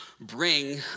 bring